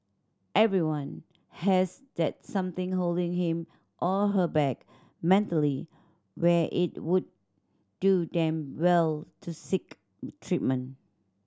everyone has that something holding him or her back mentally where it would do them well to seek treatment